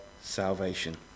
salvation